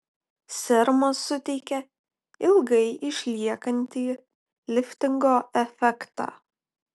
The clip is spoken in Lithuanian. serumas suteikia ilgai išliekantį liftingo efektą